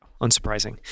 Unsurprising